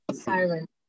Silent